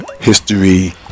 history